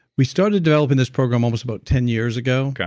we started developing this program almost about ten years ago,